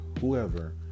whoever